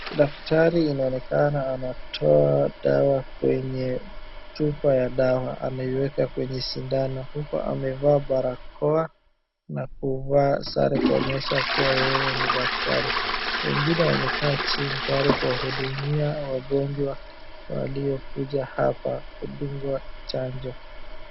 Daktari inaonekana anatoa dawa kwenye chupa ya dawa. Anaiweka kwenye sindano huko amevaa barakoa na kuvaa sare kuonesha kwamba yeye ni daktari. Wengine wamekaa chini tayari kuwahudumia wagonjwa waliokuja hapa kudungwa chanjo.